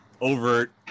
overt